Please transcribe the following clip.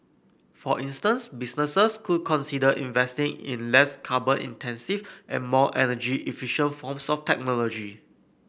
for instance businesses could consider investing in less carbon intensive and more energy efficient forms of technology